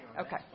okay